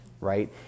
right